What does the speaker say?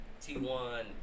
T1